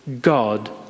God